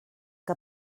que